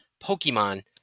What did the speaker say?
Pokemon